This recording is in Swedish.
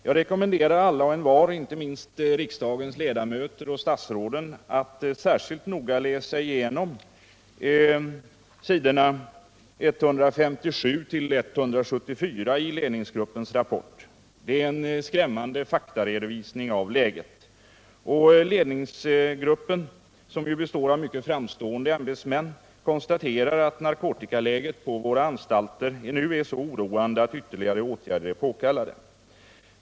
Jag rekommenderar alla — inte minst riksdagens ledamöter och statsråden — att särskilt noga läsa igenom s. 157-174 iledningsgruppens rapport. Det är en skrämmande faktaredovisning av läget. Och ledningsgruppen, som ju består av mycket framstående ämbetsmän, konstaterar att narkotikaläget på våra anstalter nu är så oroande att ytterligare åtgärder är påkallade.